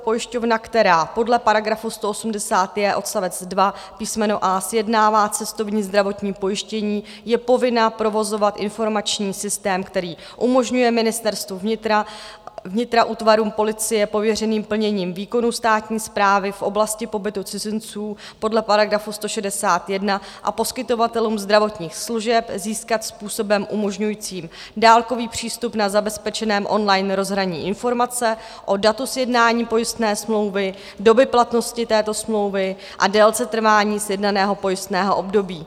Pojišťovna, která podle § 180j odst. 2 písm. a) sjednává cestovní zdravotní pojištění, je povinna provozovat informační systém, který umožňuje Ministerstvu vnitra, útvarům Policie pověřeným plněním výkonu státní správy v oblasti pobytu cizinců podle § 161 a poskytovatelům zdravotních služeb získat způsobem umožňujícím dálkový přístup na zabezpečeném online rozhraní informace o datu sjednání pojistné smlouvy, doby platnosti této smlouvy a délce trvání sjednaného pojistného období.